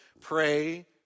pray